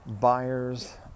buyers